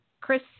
Chris